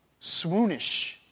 swoonish